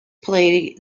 play